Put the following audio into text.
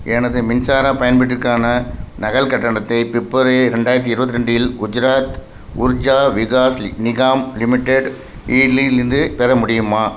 எனது மின்சார பயன்பாட்டிற்கான நகல் கட்டணத்தை பிப்ரவரி ரெண்டாயிரத்து இருபத்தி ரெண்டில் குஜராத் உர்ஜா விகாஸ் லி நிகாம் லிமிடெட் இலிலிருந்து பெற முடியுமா